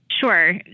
Sure